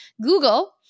Google